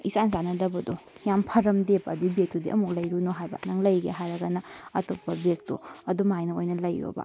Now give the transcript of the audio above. ꯏꯆꯥꯟ ꯆꯥꯟꯅꯗꯕꯗꯣ ꯌꯥꯝ ꯐꯔꯝꯗꯦꯕ ꯑꯗꯨꯒꯤ ꯕꯦꯒꯇꯨꯗꯤ ꯑꯃꯨꯛ ꯂꯩꯔꯨꯅꯨ ꯍꯥꯏꯕ ꯅꯪ ꯂꯩꯒꯦ ꯍꯥꯏꯔꯒꯅ ꯑꯩꯇꯣꯞꯄ ꯕꯦꯒꯇꯣ ꯑꯗꯨꯝ ꯍꯥꯏꯅ ꯑꯣꯏꯅ ꯂꯩꯌꯣꯕ